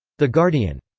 the guardian.